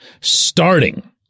starting